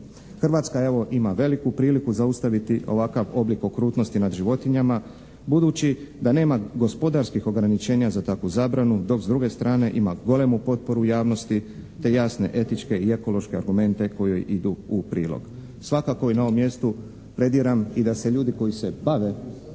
Hrvatska evo ima veliku priliku zaustaviti ovakav oblik okrutnosti nad životinjama budući da nema gospodarskih ograničenja za takvu zabranu dok s druge strane ima golemu potporu javnosti te jasne etičke i ekološke argumente koji joj idu u prilog. Svakako na ovom mjestu plediram i da se ljudi koji se bave